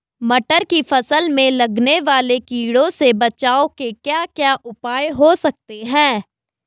मटर की फसल में लगने वाले कीड़ों से बचाव के क्या क्या उपाय हो सकते हैं?